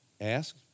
Ask